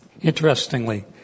Interestingly